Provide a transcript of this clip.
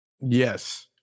Yes